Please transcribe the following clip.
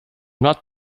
not